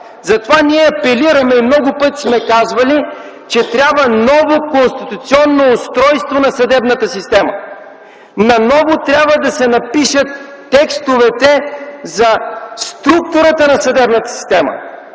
Затова ние апелираме и много пъти сме казвали, че трябва ново конституционно устройство на съдебната система. Наново трябва да се напишат текстовете за структурата на съдебната система.